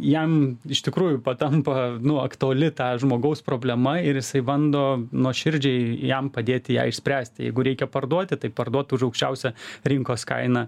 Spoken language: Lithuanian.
jam iš tikrųjų patampa nu aktuali tą žmogaus problema ir jisai bando nuoširdžiai jam padėti ją išspręsti jeigu reikia parduoti tai parduot už aukščiausią rinkos kainą